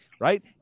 right